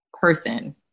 person